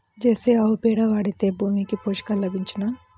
Jersey ఆవు పేడ వాడితే భూమికి పోషకాలు లభించునా?